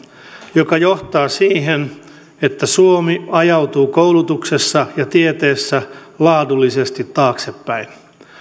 joka johtaa siihen että suomi ajautuu koulutuksessa ja tieteessä laadullisesti taaksepäin